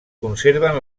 conserven